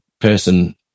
person